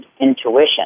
intuition